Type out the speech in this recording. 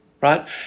right